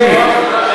שמית.